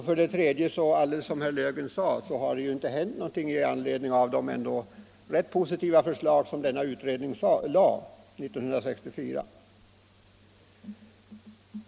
För det tredje har det ännu inte vidtagits några åtgärder i anledning av de ändå rätt positiva förslag som denna utredning framlade år 1964.